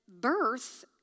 birth